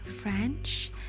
French